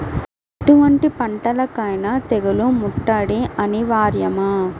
ఎటువంటి పంటలకైన తెగులు ముట్టడి అనివార్యమా?